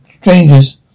strangers